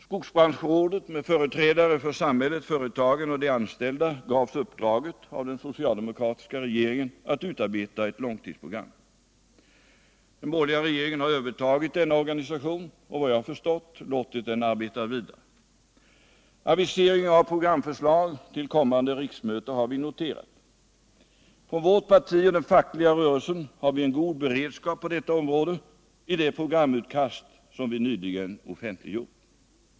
Skogsbranschrådet, med företrädare för samhället, företagen och de anställda, gavs uppdraget av den socialdemokratiska regeringen att utarbeta ett långtidsprogram. Den borgerliga regeringen har övertagit denna organisation och enligt vad jag förstått låtit den arbeta vidare. Aviseringen av programförslag till kommande riksmöte har vi noterat. Från vårt parti och den fackliga rörelsen har vi en god beredskap på detta område i det programutkast vi nyligen offentliggjort.